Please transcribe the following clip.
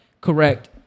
correct